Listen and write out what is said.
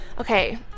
Okay